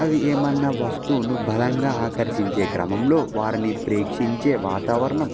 అవి ఏదైనా వస్తువును బలంగా ఆకర్షించే క్రమంలో వాటిని ప్రేక్షించే వాతావరణం